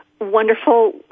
wonderful